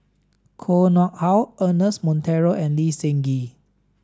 Koh Nguang How Ernest Monteiro and Lee Seng Gee